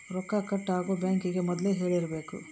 ರೊಕ್ಕ ಕಟ್ ಆಗೋ ಬ್ಯಾಂಕ್ ಗೇ ಮೊದ್ಲೇ ಹೇಳಿರಬೇಕು